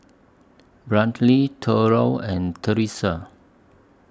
Brantley Thurlow and Teresa